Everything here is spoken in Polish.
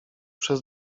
przez